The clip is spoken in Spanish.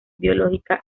biológica